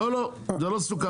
לא, לא, זה לא סוכם.